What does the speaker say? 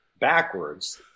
backwards